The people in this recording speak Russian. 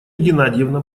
геннадьевна